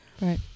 Right